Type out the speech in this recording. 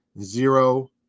zero